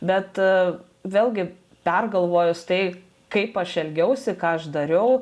bet vėlgi pergalvojus tai kaip aš elgiausi ką aš dariau